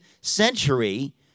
century